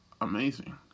amazing